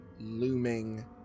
looming